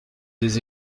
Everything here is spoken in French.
des